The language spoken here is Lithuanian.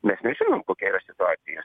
mes nežinom kokia yra situacija